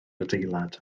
adeilad